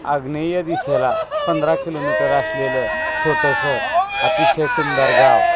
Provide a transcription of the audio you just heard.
आग्नेय दिशेला पंधरा किलोमीटर असलेलं छोटंसं अतिशय टुमदार गाव